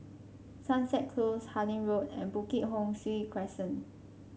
Sunset Close Harlyn Road and Bukit Ho Swee Crescent